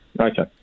Okay